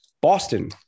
Boston